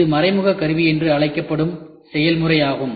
இது மறைமுக கருவி என்று அழைக்கப்படும் செயல்முறை ஆகும்